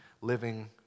living